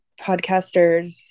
podcasters